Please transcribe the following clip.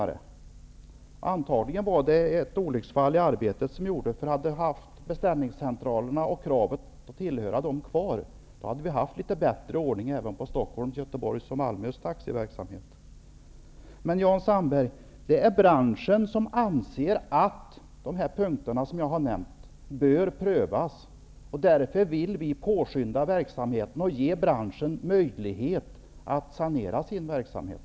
Att så skedde var antagligen ett olycksfall i arbetet. Om vi hade haft kvar kravet på anslutning till beställningscentral, hade vi haft litet bättre ordning på Stockholms, Göteborgs och Malmös taxiverksamhet. Men, Jan Sandberg, det är branschen som anser att de punkter som jag har nämnt bör prövas. Därför vill vi påskynda arbetet och ge branschen möjlighet att sanera sin verksamhet.